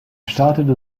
startete